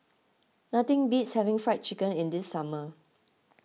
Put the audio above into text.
nothing beats having Fried Chicken in the summer